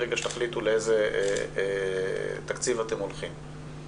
ברגע שתחליטו לאיזה תקציב אתם הולכים.